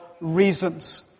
reasons